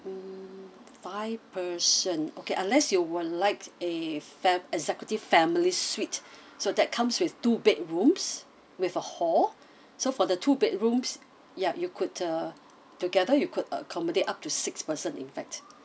mm five person okay unless you would like a fam~ executive family suite so that comes with two bedrooms with a hall so for the two bedrooms ya you could uh together you could accommodate up to six person in fact